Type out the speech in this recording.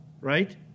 right